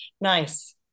nice